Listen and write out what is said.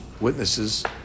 witnesses